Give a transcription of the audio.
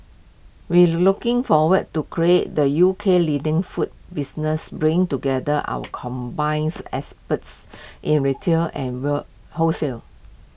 we looking forward to creating the U K leading food business bringing together our combines experts in retail and whale wholesale